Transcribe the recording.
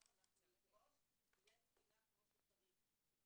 אנחנו נפרוש --- תהיה תקינה כמו שצריך.